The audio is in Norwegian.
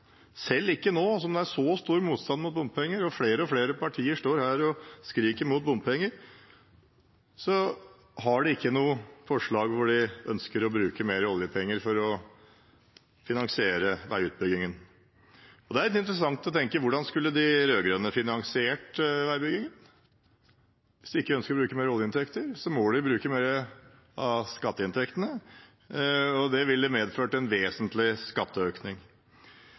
selv ikke nå når det er så stor motstand mot bompenger og flere og flere partier står her og skriker mot bompenger. Men de har ikke noe forslag der de ønsker å bruke mer oljepenger for å finansiere veiutbyggingen. Det er litt interessant å tenke på hvordan de rød-grønne skal finansiere veibyggingen når de ikke ønsker å bruke mer oljeinntekter. Da må de bruke mer av skatteinntektene. Det vil medføre en vesentlig skatteøkning.